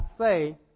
say